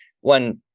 one